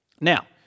Now